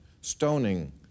stoning